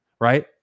right